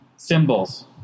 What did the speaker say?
symbols